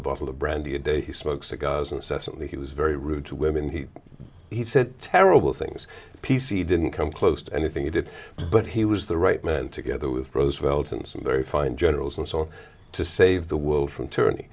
of brandy a day he smoked cigars incessantly he was very rude to women he he said terrible things p c didn't come close to anything you did but he was the right man together with roosevelt and some very fine generals and so on to save the world from tyranny